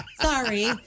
Sorry